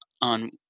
on